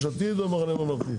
יש עתיד או המחנה הממלכתי?